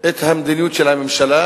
את מדיניות הממשלה,